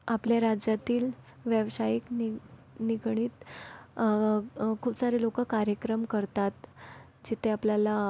आपल्या राज्यातील व्यवसाय निगडित खूप सारे लोकं कार्यक्रम करतात जिथे आपल्याला